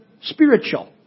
spiritual